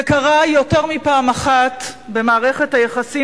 זה קרה יותר מפעם אחת במערכת היחסים